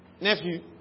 nephew